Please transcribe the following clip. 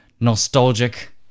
nostalgic